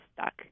stuck